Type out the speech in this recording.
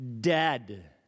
dead